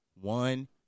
One